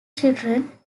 children